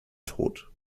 tod